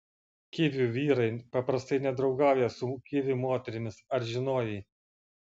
kivių vyrai paprastai nedraugauja su kivių moterimis ar žinojai